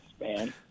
man